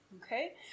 okay